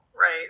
right